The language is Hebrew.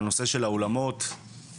על הנושא של האולמות והמגרשים.